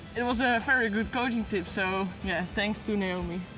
it was ah very good coaching tips, so, yes, thanks to naomi.